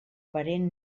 parent